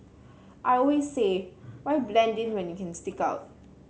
I always say why blend in when you can stick out